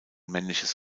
männliches